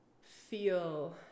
feel